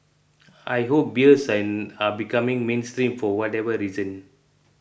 I hope beards are becoming mainstream for whatever reason